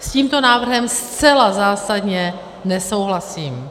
S tímto návrhem zcela zásadně nesouhlasím.